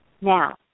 Now